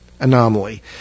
anomaly